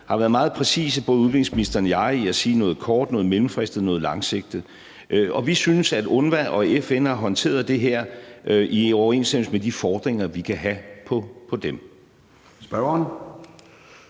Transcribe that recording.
har været meget præcise i at nævne noget kort, noget mellemfristet og noget langsigtet, og vi synes, at UNRWA og FN har håndteret det her i overensstemmelse med de fordringer, vi kan have på dem.